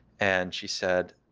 and she said,